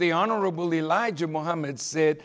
the honorable elijah muhammad said